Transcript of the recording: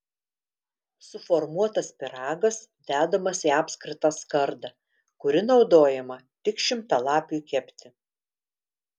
suformuotas pyragas dedamas į apskritą skardą kuri naudojama tik šimtalapiui kepti